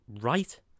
right